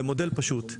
למודל פשוט.